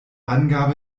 angabe